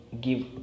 give